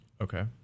Okay